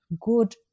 good